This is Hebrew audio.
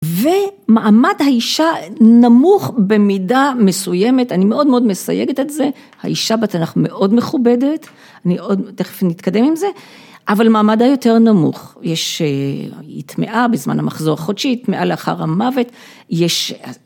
ומעמד האישה נמוך במידה מסוימת, אני מאוד מאוד מסייגת את זה, האישה בתנ"ך מאוד מכובדת, אני עוד... תכף נתקדם עם זה, אבל מעמד היותר נמוך, יש... היא טמאה בזמן המחזור החודשי, היא טמאה לאחר המוות, יש...